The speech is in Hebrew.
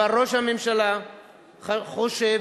אבל ראש הממשלה חושב,